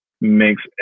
makes